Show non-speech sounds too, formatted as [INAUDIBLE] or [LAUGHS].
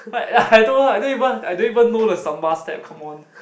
but ya [LAUGHS] I told her I don't even I don't even know the Samba step come on